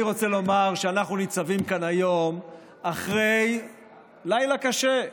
אני רוצה לומר שאנחנו ניצבים כאן היום אחרי לילה קשה,